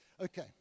Okay